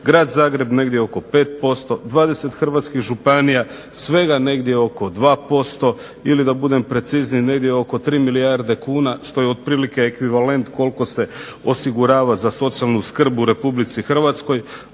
Grad Zagreb negdje oko 5%, 20 hrvatskih županija svega negdje oko 2% ili da budem precizniji negdje oko 3 milijarde kuna što je otprilike ekvivalent koliko se osigurava za socijalnu skrb u Republici Hrvatskoj,